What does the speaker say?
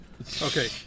Okay